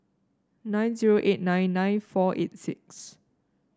nine zero eight nine nine four eight six